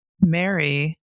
Mary